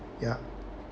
ya